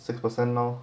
six percent lor